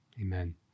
Amen